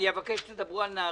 אני אבקש שתדברו על נהריה.